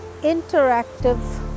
interactive